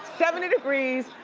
seventy degrees,